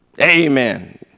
Amen